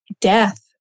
death